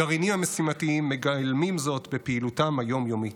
הגרעינים המשימתיים מגלמים זאת בפעילותם היום-יומית.